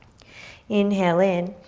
inhale in.